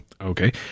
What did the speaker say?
Okay